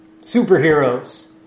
superheroes